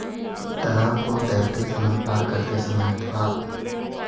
तालाब को तैरते समय में पार करते समय थोड़ा